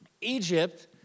Egypt